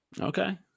Okay